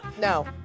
no